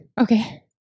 Okay